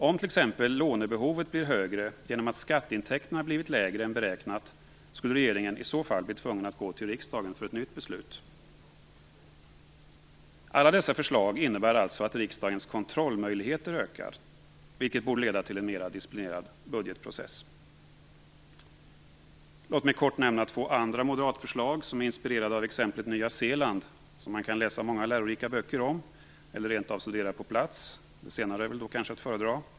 Om t.ex. lånebehovet blir högre genom att skatteintäkterna har blivit lägre än beräknat skulle regeringen i så fall bli tvungen att gå till riksdagen för ett nytt beslut. Alla dessa förslag innebär alltså att riksdagens kontrollmöjligheter ökar, vilket borde leda till en mera disciplinerad budgetprocess. Låt mig kortfattat nämna två andra moderatförslag som är inspirerade av exemplet Nya Zeeland, som man kan läsa många lärorika böcker om eller rent av studera på plats. Det senare är väl då kanske att föredra.